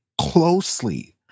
closely